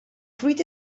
fruit